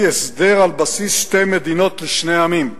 הסדר על בסיס שתי מדינות לשני עמים.